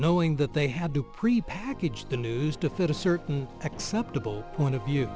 knowing that they had to prepackage the news to fit a certain acceptable point of view